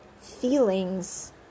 feelings